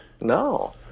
No